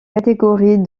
catégorie